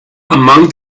among